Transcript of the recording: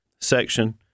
section